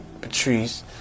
Patrice